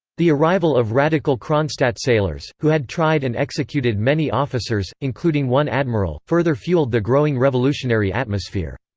the arrival of radical kronstadt sailors who had tried and executed many officers, including one admiral further fueled the growing revolutionary atmosphere.